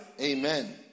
Amen